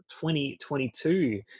2022